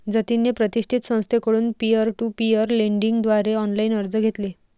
जतिनने प्रतिष्ठित संस्थेकडून पीअर टू पीअर लेंडिंग द्वारे ऑनलाइन कर्ज घेतले